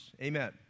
Amen